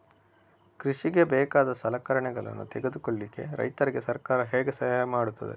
ಕೃಷಿಗೆ ಬೇಕಾದ ಸಲಕರಣೆಗಳನ್ನು ತೆಗೆದುಕೊಳ್ಳಿಕೆ ರೈತರಿಗೆ ಸರ್ಕಾರ ಹೇಗೆ ಸಹಾಯ ಮಾಡ್ತದೆ?